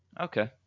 Okay